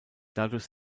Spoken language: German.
dadurch